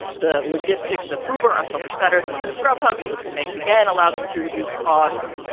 the logistics of uber are so much better than that of grubhub. so this will make, again, allow them to reduce costs.